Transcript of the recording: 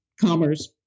commerce